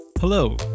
Hello